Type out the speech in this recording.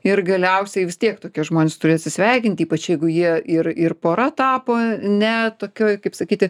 ir galiausiai vis tiek tokie žmonės turi atsisveikinti ypač jeigu jie ir ir pora tapo ne tokioj kaip sakyti